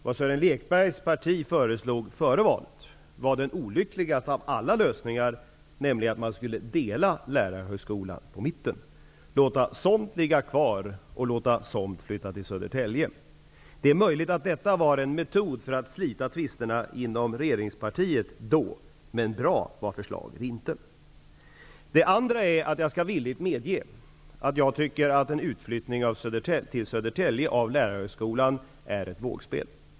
Vad Sören Lekbergs parti föreslog före valet var den olyckligaste av alla lösningar, nämligen att man skulle dela Lärarhögskolan på mitten -- låta somt ligga kvar och låta somt flytta till Södertälje. Det är möjligt att detta var en metod att slita tvisterna inom det dåvarande regeringspartiet, men bra var förslaget inte. Det andra jag vill säga är att jag villigt medger att jag tycker att en utflyttning av Lärarhögskolan till Södertälje är ett vågspel.